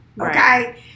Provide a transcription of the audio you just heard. okay